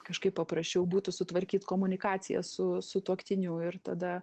kažkaip paprasčiau būtų sutvarkyt komunikaciją su sutuoktiniu ir tada